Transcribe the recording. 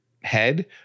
head